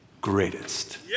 greatest